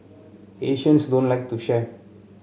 Asians don't like to share